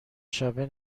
شبه